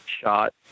shot